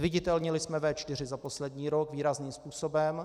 Zviditelnili jsme V4 za poslední rok výrazným způsobem.